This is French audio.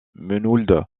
menehould